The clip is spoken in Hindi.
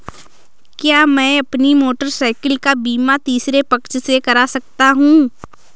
क्या मैं अपनी मोटरसाइकिल का बीमा तीसरे पक्ष से करा सकता हूँ?